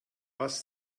was